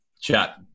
chat